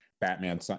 batman